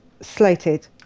slated